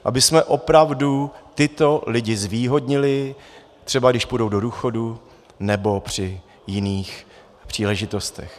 Abychom opravdu tyto lidi zvýhodnili, třeba když půjdou do důchodu nebo při jiných příležitostech.